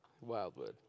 Wildwood